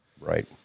Right